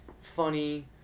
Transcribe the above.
funny